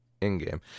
in-game